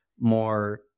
more